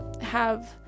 have-